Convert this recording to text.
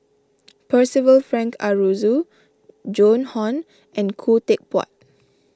Percival Frank Aroozoo Joan Hon and Khoo Teck Puat